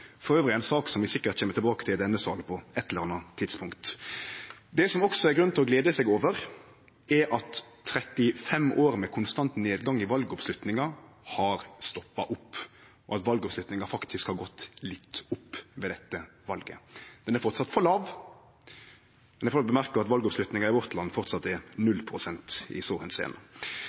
er forresten ei sak vi sikkert kjem tilbake til i denne salen på eit eller anna tidspunkt. Det er også grunn til å glede seg over at 35 år med konstant nedgang i valoppslutninga har stoppa opp, og at valoppslutninga faktisk har gått litt opp ved dette valet. Men ho er fortsatt for lav. Eg må også påpeike at valoppslutninga i vårt land fortsatt er 0 pst. i